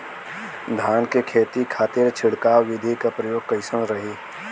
धान के खेती के खातीर छिड़काव विधी के प्रयोग कइसन रही?